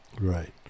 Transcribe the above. Right